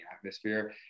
atmosphere